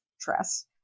Tress